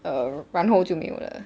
err 然后就没有了